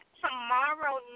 tomorrow